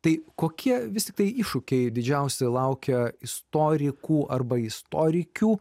tai kokie vis tiktai iššūkiai didžiausi laukia istorikų arba istorikių